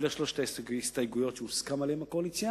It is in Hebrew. אלה שלוש ההסתייגויות שהוסכם עליהן עם הקואליציה.